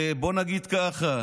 בואו נגיד כך,